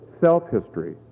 self-history